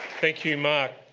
thank you, mark.